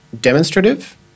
demonstrative